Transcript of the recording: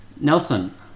Nelson